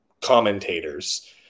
commentators